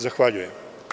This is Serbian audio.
Zahvaljujem.